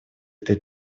этой